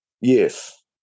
Yes